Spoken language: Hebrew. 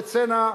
לצנע,